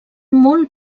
molt